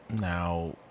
now